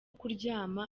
kuryama